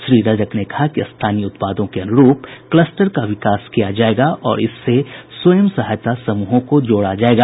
श्री रजक ने कहा कि स्थानीय उत्पादों के अनुरूप क्लस्टर का विकास किया जायेगा और इससे स्वयं सहायता समूहों को जोड़ा जायेगा